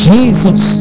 Jesus